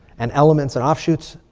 and elements and offshoots.